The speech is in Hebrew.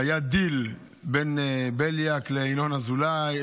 שהיה דיל בין בליאק לינון אזולאי,